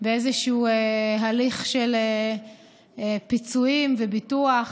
הליך של פיצויים וביטוח,